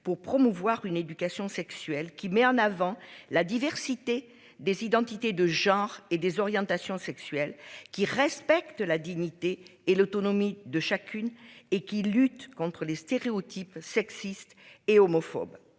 pour promouvoir une éducation sexuelle qui met en avant la diversité des identités de genre et des orientations sexuelles qui respecte la dignité et l'autonomie de chacune et qui lutte contre les stéréotypes sexistes et homophobes.